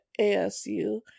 ASU